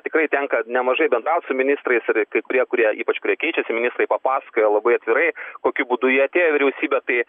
tikrai tenka nemažai bendraut su ministrais ir kai kurie kurie ypač kurie keičiasi ministrai papasakoja labai atvirai kokiu būdu jie atėjo į vyriausybę tai